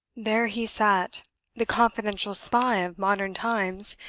there he sat the confidential spy of modern times,